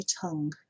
tongue